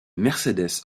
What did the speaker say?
mercedes